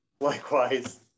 Likewise